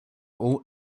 all